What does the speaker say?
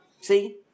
See